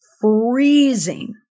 freezing